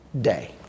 day